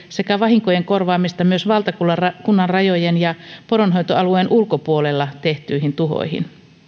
sekä vahinkojen korvaamista myös valtakunnanrajojen ja poronhoitoalueen ulkopuolella tehdyistä tuhoista